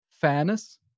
fairness